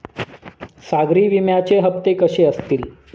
सागरी विम्याचे हप्ते कसे असतील?